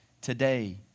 today